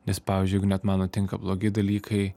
nes pavyzdžiui jeigu net man nutinka blogi dalykai